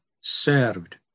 served